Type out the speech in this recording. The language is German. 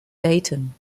dayton